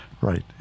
Right